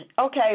Okay